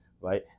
Right